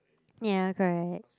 ya correct